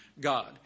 God